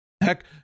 Heck